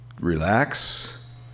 relax